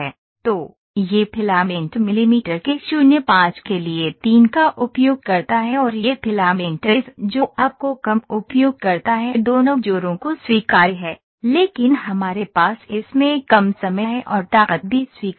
तो यह filament millimetre के 0 5 के लिए 3 का उपयोग करता है और यह फिलामेंट इस जॉब को कम उपयोग करता है दोनों जोड़ों को स्वीकार्य है लेकिन हमारे पास इसमें कम समय है और ताकत भी स्वीकार्य है